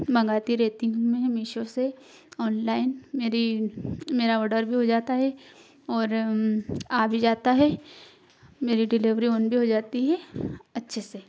मँगाती रहती हूँ मैं मीशो से ऑनलाइन मेरी मेरा ऑर्डर भी हो जाता है और आ भी जाता है मेरी डिलेवरी ऑन भी जाती है अच्छे से